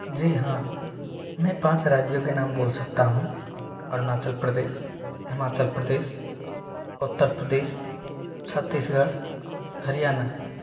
जी हाँ मैं पाँच राज्यों के नाम बोल सकता हूँ अरुणाचल प्रदेश हिमाचल प्रदेश उत्तर प्रदेश छत्तीसगढ़ हरियाणा